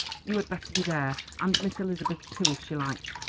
you had better be there, and miss elizabeth too, if she likes.